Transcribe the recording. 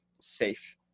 safe